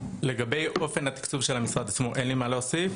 לגבי אופן התקצוב של המשרד עצמו אין לי מה להוסיף,